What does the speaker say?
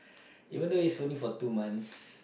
even though it's only for two months